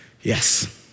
Yes